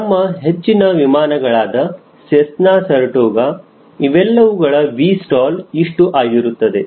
ನಮ್ಮ ಹೆಚ್ಚಿನ ವಿಮಾನಗಳಾದ ಸೆಸ್ನ ಸರಟೋಗ ಇವೆಲ್ಲವುಗಳ 𝑉stall ಇಷ್ಟು ಆಗಿರುತ್ತದೆ